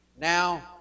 Now